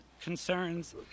concerns